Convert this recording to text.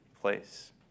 place